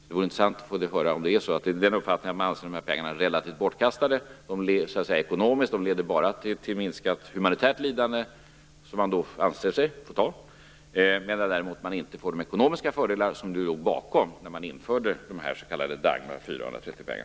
Det vore intressant att få höra om det är så att man anser att den här överföringen ekonomiskt sett är relativt bortkastad, att den bara leder till minskat humanitärt lidande men inte ger de ekonomiska fördelar som ju var tanken då man införde de här Dagmarpengarna.